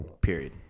Period